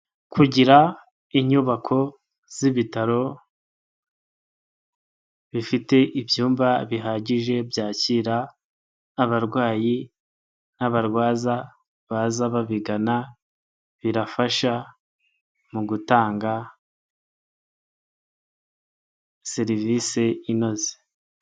Kugira inyubako z'ibitaro bifite ibyumba bihagije byakira abarwayi n'abarwaza baza babigana birafasha mu gutanga serivise inoze.